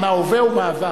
מההווה ומהעבר.